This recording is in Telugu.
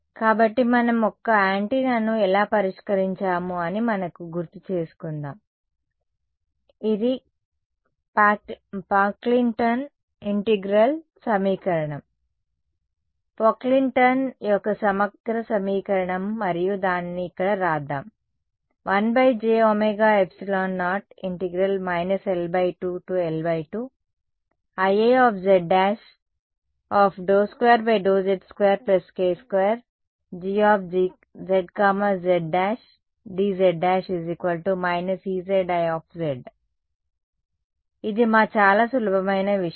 కాబట్టి మనం ఒక్క యాంటెన్నాను ఎలా పరిష్కరించాము అని మనకు గుర్తుచేసుకుందాం ఇది పాక్లింగ్టన్ ఇంటిగ్రల్ Pocklington's integral సమీకరణ పోక్లింగ్టన్ యొక్క సమగ్ర సమీకరణం మరియు దానిని ఇక్కడ వ్రాద్దాం 1jωε0 L2L2IAz' ∂2 ∂z2 k2Gzz′ dz' Ezi ఇది మా చాలా సులభమైన విషయం